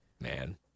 Man